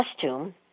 costume